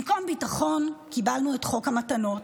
במקום ביטחון קיבלנו את חוק המתנות,